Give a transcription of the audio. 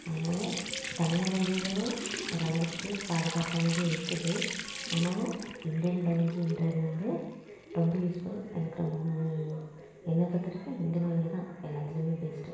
அதனால தனியார் வங்கிகளும் ஒரு அளவுக்கு பாதுகாப்பானதும் இருக்குது ஆனாலும் இந்தியன் வங்கிகிறது வந்து ரொம்ப யூஸ்ஃபுல் எனக்கு ரொம்ப என்னை பொறுத்தவரைக்கும் இந்தியன் வங்கி தான் எல்லாத்துலேயுமே பெஸ்ட்டு